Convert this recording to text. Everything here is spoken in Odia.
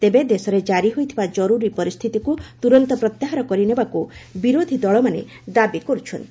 ତେବେ ଦେଶରେ କାରି ହୋଇଥିବା କରୁରୀ ପରିସ୍ଥିତିକୁ ତୁରନ୍ତ ପ୍ରତ୍ୟାହାର କରିନେବାକୁ ବିରୋଧି ଦଳମାନେ ଦାବି କର୍ରଛନ୍ତି